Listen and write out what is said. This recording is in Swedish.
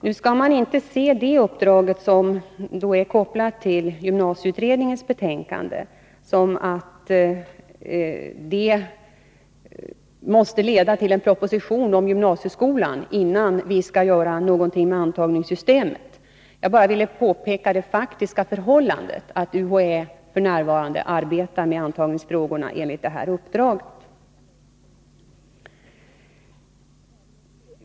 Nu skall man inte se det uppdraget, som är kopplat till gymnasieutredningens betänkande, så att det måste leda till en proposition om gymnasieskolan innan vi gör något åt antagningssystemet. Jag ville bara påpeka det faktiska förhållandet att UHÄ f. n. arbetar med antagningsfrågorna enligt detta uppdrag.